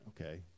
Okay